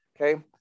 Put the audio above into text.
Okay